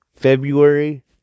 February